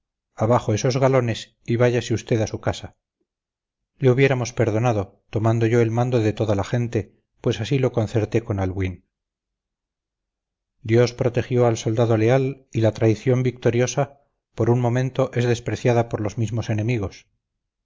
abajo esos galones y váyase usted a su casa le hubiéramos perdonado tomando yo el mando de toda la gente pues así lo concerté con albuín dios protegió al soldado leal y la traición victoriosa por un momento es despreciada por los mismos enemigos